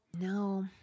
No